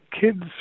kids